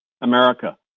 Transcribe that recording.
America